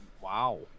Wow